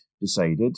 decided